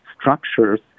structures